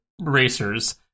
racers